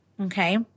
okay